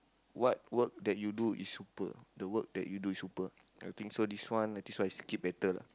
what work that you do is super the work that you do is super I think so this one and this one I skip better lah